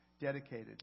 dedicated